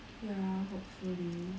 ya hopefully